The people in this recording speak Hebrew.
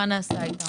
מה נעשה איתם.